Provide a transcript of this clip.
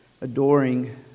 adoring